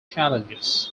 challenges